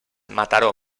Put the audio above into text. mataró